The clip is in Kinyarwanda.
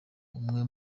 umwe